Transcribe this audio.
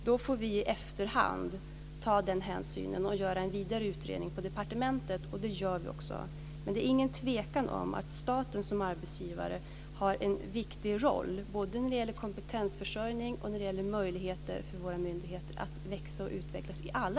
Då får vi i efterhand ta den hänsynen och göra en vidare utredning på departementet, och det gör vi också. Men det är ingen tvekan om att staten som arbetsgivare har en viktig roll både när det gäller kompetensförsörjning och när det gäller möjligheter för våra myndigheter att växa och utvecklas i alla